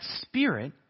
spirit